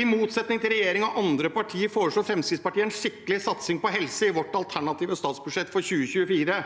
I motsetning til regjeringen og andre partier foreslår Fremskrittspartiet en skikkelig satsing på helse i vårt alternative statsbudsjett for 2024.